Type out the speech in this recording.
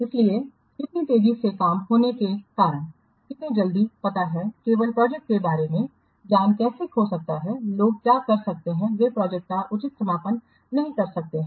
इसलिए कितनी तेजी से कम होने के कारण कितनी जल्दी पता है केवल प्रोजेक्ट के बारे में ज्ञान कैसे खो सकता है लोग क्या कर सकते हैं वे प्रोजेक्ट का उचित समापन नहीं कर सकते हैं